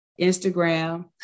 Instagram